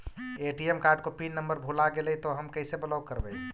ATM card को pin number भुला गैले तौ हम कैसे ब्लॉक करवै?